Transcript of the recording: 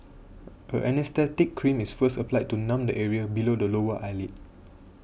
an anaesthetic cream is first applied to numb the area below the lower eyelid